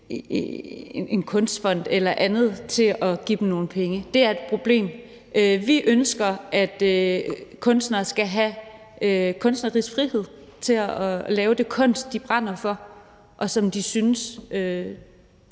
en kunstfond eller andet til at give en nogle penge. Det er et problem. Vi ønsker, at kunstnere skal have kunstnerisk frihed til at lave den kunst, de brænder for, og som de synes